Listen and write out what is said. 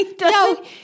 No